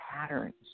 patterns